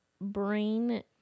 Brain